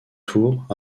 tours